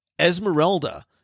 esmeralda